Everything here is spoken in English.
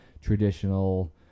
traditional